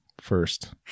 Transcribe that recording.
first